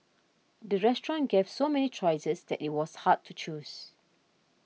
the restaurant gave so many choices that it was hard to choose